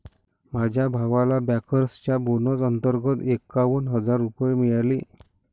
माझ्या भावाला बँकर्सच्या बोनस अंतर्गत एकावन्न हजार रुपये मिळाले